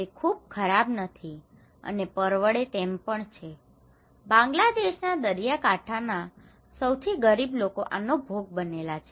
તે ખૂબ ખરાબ નથી અને પરવડે તેમ પણ છે બાંગ્લાદેશના દરિયાકાંઠાના સૌથી ગરીબ લોકો આનો ભોગ બનેલા છે